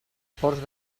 ports